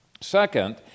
second